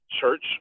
church